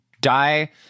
die